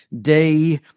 Day